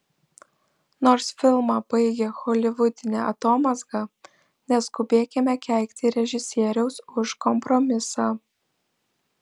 nors filmą baigia holivudinė atomazga neskubėkime keikti režisieriaus už kompromisą